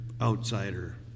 outsider